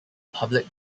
public